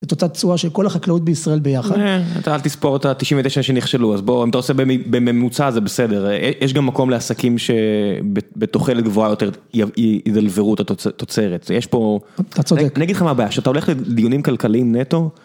את אותה תצועה של כל החקלאות בישראל ביחד. אתה אל תספור את ה-99 שנכשלו, אז בוא, אם אתה עושה בממוצע, זה בסדר. יש גם מקום לעסקים שבתוכה לגבוהה יותר ידלברו את התוצרת. יש פה, אתה צודק, אני אגיד לך מה הבעיה, שאתה הולך לדיונים כלכליים נטו,